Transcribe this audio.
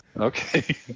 Okay